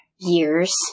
years